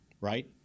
right